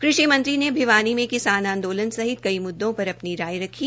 कृषि मंत्री ने भिवनी में किसान आंदोलन में सहित कई मुद्दो पर अपनी राय रखी